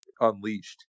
unleashed